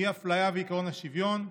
אי-אפליה ועקרון השוויון,